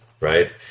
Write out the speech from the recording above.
right